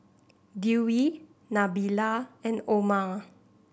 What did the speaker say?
Dewi Nabila and Omar